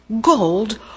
gold